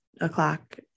o'clock